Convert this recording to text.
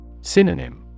Synonym